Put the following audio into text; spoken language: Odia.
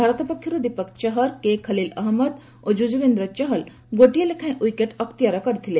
ଭାରତ ପକ୍ଷରୁ ଦୀପକ ଚହର କେ ଖଲିଲ ଅହନ୍ମଦ ଓ ଯୁକ୍ତୁବେନ୍ଦ୍ର ଚହଲ ଗୋଟିଏ ଲେଖାଏଁ ଔକେଟ୍ ଅକ୍ତିଆର କରିଥିଲେ